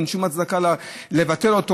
אין שום הצדקה לבטל אותו,